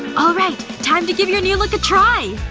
all right, time to give your new look a try!